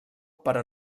però